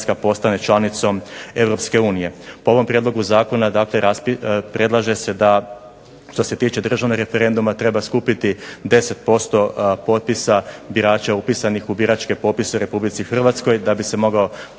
kada RH postane članicom EU. Po ovom prijedlogu zakona predlaže se da što se tiče državnog referenduma treba skupiti 10% potpisa birača upitanih u biračke popise u RH da bi se moglo